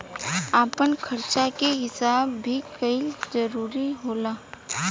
आपन खर्चा के हिसाब भी कईल जरूरी होला